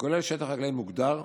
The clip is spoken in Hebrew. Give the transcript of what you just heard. וכולל שטח חקלאי מוגדר.